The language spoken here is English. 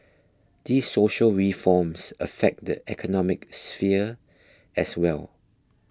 these social reforms affect the economic sphere as well